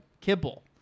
kibble